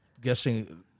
guessing